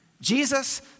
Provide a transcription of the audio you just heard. Jesus